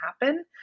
happen